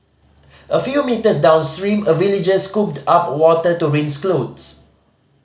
a few metres downstream a villager scooped up water to rinse clothes